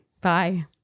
Bye